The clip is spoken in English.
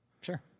Sure